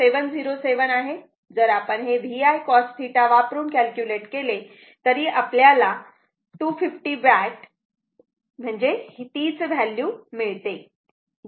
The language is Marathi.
707 आहे जर आपण हे VI cosθ वापरून कॅल्क्युलेट केले तरी आपल्याला 250 वॅट तीच व्हॅल्यू मिळते